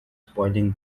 spoiling